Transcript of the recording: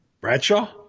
Bradshaw